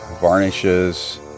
varnishes